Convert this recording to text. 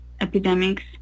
epidemics